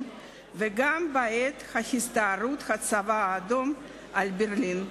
וגם בעת הסתערות הצבא האדום על ברלין.